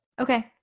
Okay